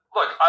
Look